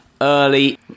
early